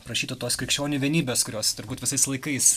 prašyti tos krikščionių vienybės kurios turbūt visais laikais